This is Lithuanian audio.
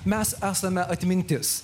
mes esame atmintis